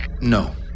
No